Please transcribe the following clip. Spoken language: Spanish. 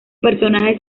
personajes